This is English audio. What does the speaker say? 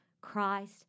Christ